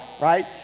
right